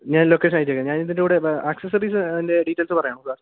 ഞാൻ ലൊക്കേഷൻ അയച്ചേക്കാം ഞാൻ ഇതിൻ്റെ കൂടെ അക്സസറീസ് ൻ്റെ ഡീറ്റെയിൽസ് പറയാമോ സർ